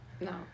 No